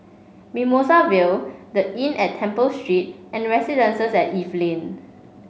Mimosa Vale The Inn at Temple Street and Residences at Evelyn